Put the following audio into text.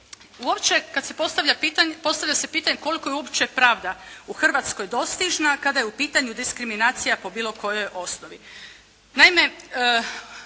pitanje, postavlja se pitanje koliko je uopće pravda u Hrvatskoj dostižna kada je u pitanju diskriminacija po bilo kojoj osnovi.